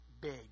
big